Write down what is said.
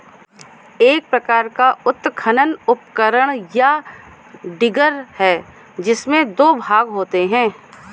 एक प्रकार का उत्खनन उपकरण, या डिगर है, जिसमें दो भाग होते है